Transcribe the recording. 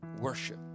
worship